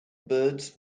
birds